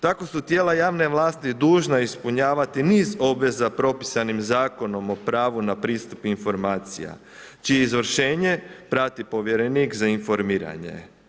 Tako su tijela javne vlasti dužna ispunjavati niz obveza propisanim Zakonom o pravu na pristup informacija čije izvršenje prati povjerenik za informiranje.